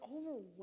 overwhelmed